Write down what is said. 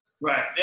right